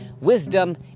wisdom